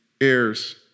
Heirs